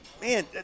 man